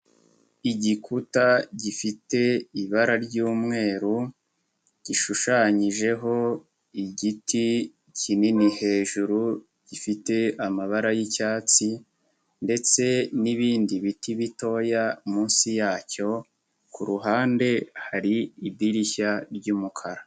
Igikuta gifite ibara ry'umweru, gishushanyijeho igiti kinini hejuru gifite amabara y'icyatsi, ndetse n'ibindi biti bitoya munsi yacyo, ku ruhande hari idirishya ry'umukara.